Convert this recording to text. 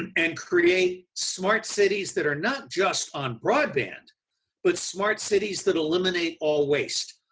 and and create smart cities that are not just on broadband but, smart cities that eliminate all waste.